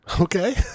Okay